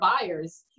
buyers